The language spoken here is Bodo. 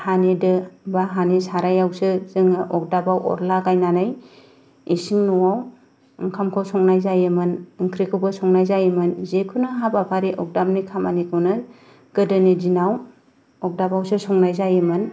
हानि दो एबा हानि साराइयावसो जोङो अरदाबाव अर लागायनानै इसिं न'वाव ओंखामखौ संनाय जायोमोन ओंख्रिखौबो संनाय जायोमोन जिखुनु हाबाफारि अरदाबनि खामानिखौनो गोदोनि दिनाव अरदाबावसो संनाय जायोमोन